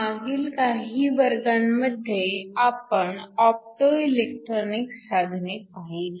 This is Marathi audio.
मागील काही वर्गांमध्ये आपण ऑप्टो इलेक्ट्रॉनिक साधने पाहिली